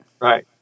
Right